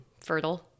fertile